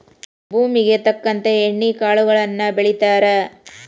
ಭೂಮುಗೆ ತಕ್ಕಂತೆ ಎಣ್ಣಿ ಕಾಳುಗಳನ್ನಾ ಬೆಳಿತಾರ